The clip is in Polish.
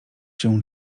się